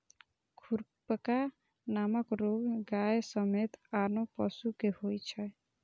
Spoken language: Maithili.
खुरपका नामक रोग गाय समेत आनो पशु कें होइ छै